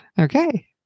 okay